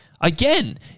again